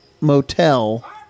motel